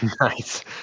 Nice